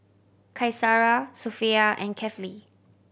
Qaisara Sofea and Kefli